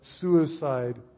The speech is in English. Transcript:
suicide